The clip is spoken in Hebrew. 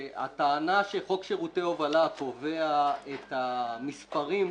הטענה שחוק שירותי הובלה קובע את המספרים,